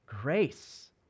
grace